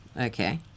Okay